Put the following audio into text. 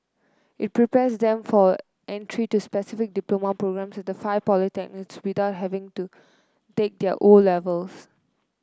it prepares them for entry to specific diploma programmes at the five polytechnics without having to take their O levels